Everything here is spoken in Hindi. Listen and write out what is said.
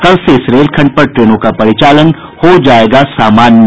कल से इस रेल खंड पर ट्रेनों का परिचालन हो जायेगा सामान्य